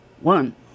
one